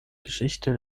geschichte